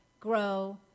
Grow